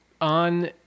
on